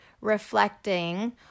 reflecting